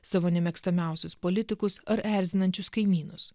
savo nemėgstamiausius politikus ar erzinančius kaimynus